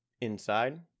Inside